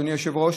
אדוני היושב-ראש.